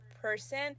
person